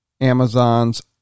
Amazon's